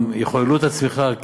גם יחוללו את הצמיחה,